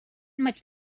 much